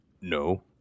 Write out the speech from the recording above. No